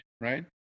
right